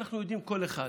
אנחנו יודעים מה כל אחד